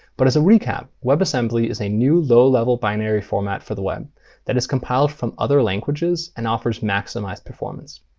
but as a recap, webassembly, is a new low-level binary format for the web that is compiled from other languages and offers maximized performance.